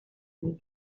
and